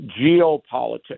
geopolitics